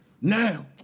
Now